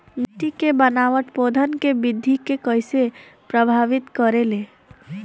मिट्टी के बनावट पौधन के वृद्धि के कइसे प्रभावित करे ले?